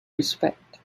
respect